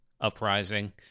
Uprising